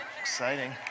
exciting